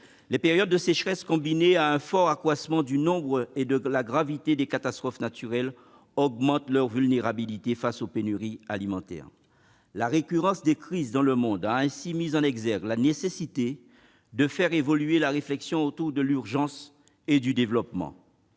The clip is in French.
Les périodes de sécheresse, combinées à un fort accroissement du nombre et de la gravité des catastrophes naturelles, augmentent leur vulnérabilité face aux pénuries alimentaires. La récurrence des crises dans le monde a ainsi mis en lumière la nécessité de faire porter la réflexion sur l'urgence et le développement.